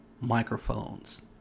Microphones